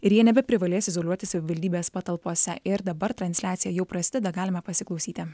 ir jie nebeprivalės izoliuotis savivaldybės patalpose ir dabar transliacija jau prasideda galima pasiklausyti